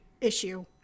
issue